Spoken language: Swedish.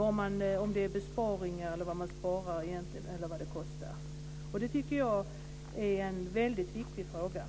Är det fråga om besparingar? Vad sparar man egentligen? Vad kostar det? Detta tycker jag är viktiga frågor.